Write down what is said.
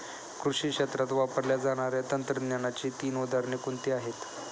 कृषी क्षेत्रात वापरल्या जाणाऱ्या तंत्रज्ञानाची तीन उदाहरणे कोणती आहेत?